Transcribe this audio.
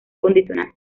condicional